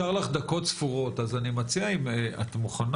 אני מבין שנשארו לך דקות ספורות אז אני מציע אם את מוכנה,